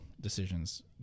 decisions